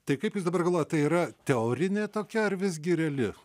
tai kaip jūs dabar galvojat tai yra teorinė tokia ar visgi reali